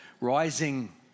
rising